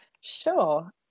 Sure